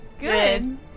Good